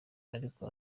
ariko